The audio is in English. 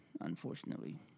unfortunately